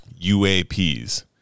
UAPs